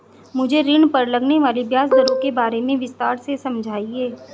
मुझे ऋण पर लगने वाली ब्याज दरों के बारे में विस्तार से समझाएं